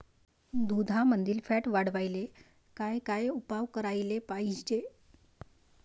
दुधामंदील फॅट वाढवायले काय काय उपाय करायले पाहिजे?